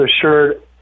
assured